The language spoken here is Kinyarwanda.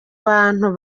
bantu